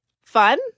fun